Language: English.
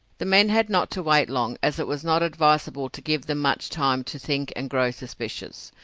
the men had not to wait long, as it was not advisable to give them much time to think and grow suspicious.